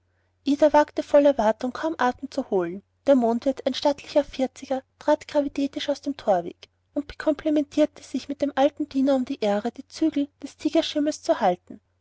ida wagte voll erwartung kaum atem zu holen der mondwirt ein stattlicher vierziger trat gravitätisch aus dem torweg und bekomplimentierte sich mit dem alten diener um die ehre die zügel des tigerschimmels zu halten